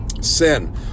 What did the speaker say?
sin